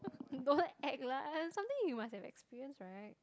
don't act lah something you must have experienced right